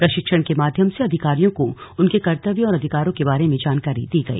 प्रशिक्षण के माध्यम से अधिकारियों के उनके कर्तव्यों और अधिकारों के बारे में जानकारी दी गई